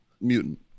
mutant